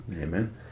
Amen